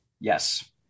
Yes